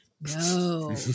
No